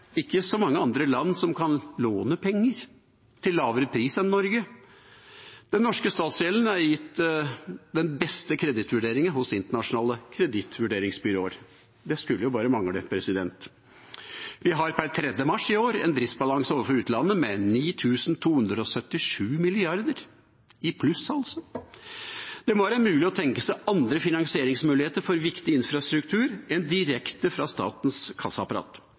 ikke så mange andre land som kan låne penger til lavere pris enn Norge. Den norske statsgjelden er gitt den beste kredittvurderingen hos internasjonale kredittvurderingsbyråer. Og det skulle jo bare mangle. Vi har per 3. mars i år en driftsbalanse overfor utlandet med 9 277 mrd. kr – i pluss, altså. Det må være mulig å tenke seg andre finansieringsmuligheter for viktig infrastruktur enn direkte fra statens